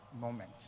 Moment